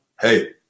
Hey